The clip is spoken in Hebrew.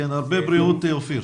הרבה בריאות, אופיר.